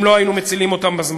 אם לא היינו מצילים אותם בזמן.